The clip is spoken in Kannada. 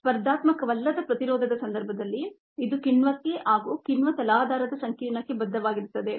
ಸ್ಪರ್ಧಾತ್ಮಕವಲ್ಲದ ಪ್ರತಿರೋಧದ ಸಂದರ್ಭದಲ್ಲಿ ಇದು ಕಿಣ್ವಕ್ಕೆ ಹಾಗೂ ಕಿಣ್ವ ತಲಾಧಾರದ ಸಂಕೀರ್ಣಕ್ಕೆ ಬದ್ಧವಾಗಿರುತ್ತದೆ